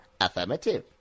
affirmative